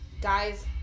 guys